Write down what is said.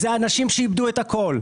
אלה אנשים שאיבדו את הכל.